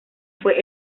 fue